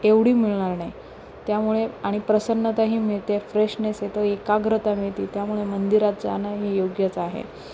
एवढी मिळणार नाही त्यामुळे आणि प्रसन्नताही मिळते फ्रेशनेस येतो एकाग्रता मिळते त्यामुळे मंदिरात जाणं हे योग्यच आहे